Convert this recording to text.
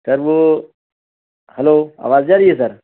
سر وہ ہلو آواز جا رہی ہے سر